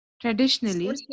Traditionally